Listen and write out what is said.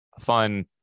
fun